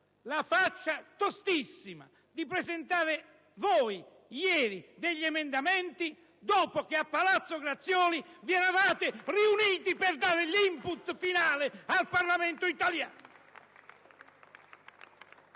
la faccia tostissima di presentare voi, ieri, degli emendamenti, dopo che a Palazzo Grazioli vi eravate riuniti per dare l'*input* finale al Parlamento italiano.